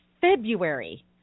february